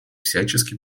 всячески